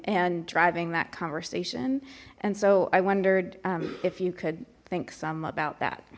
and driving that conversation and so i wondered if you could think some about that